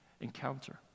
encounter